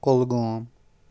Kulgam